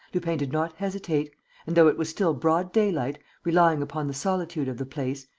lupin did not hesitate and, though it was still broad daylight, relying upon the solitude of the place,